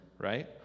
right